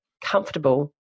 comfortable